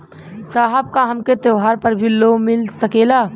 साहब का हमके त्योहार पर भी लों मिल सकेला?